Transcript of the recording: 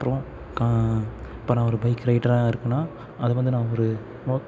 அப்புறம் கா இப்போ நான் ஒரு பைக் ரைடராக இருக்கேனால் அது வந்து நான் ஒரு மோ